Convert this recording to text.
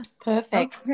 Perfect